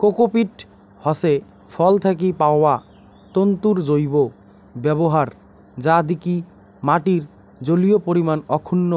cocopeat হসে ফল থাকি পাওয়া তন্তুর জৈব ব্যবহার যা দিকি মাটির জলীয় পরিমান অক্ষুন্ন